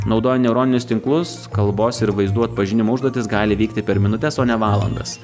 naudojant neuroninius tinklus kalbos ir vaizdų atpažinimo užduotys gali vykti per minutes o ne valandas